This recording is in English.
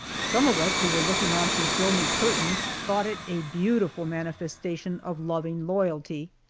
some of us who were looking on through filmy curtains thought it a beautiful manifestation of loving loyalty.